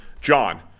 John